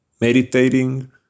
Meditating